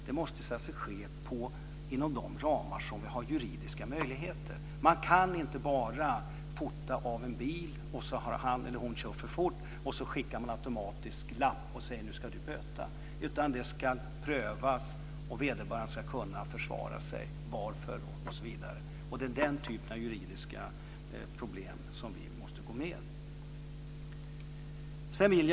Det måste ske inom de juridiska ramar som finns. Man kan inte bara fotografera av en bil och automatiskt skicka en böteslapp till föraren om han eller hon har kört för fort. Det ska prövas, och vederbörande ska kunna försvara sig. Det är den typen av juridiska ramar som man måste verka inom.